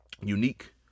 unique